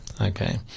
Okay